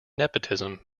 nepotism